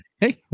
Hey